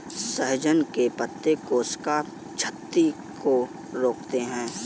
सहजन के पत्ते कोशिका क्षति को रोकते हैं